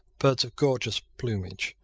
birds of gorgeous plumage,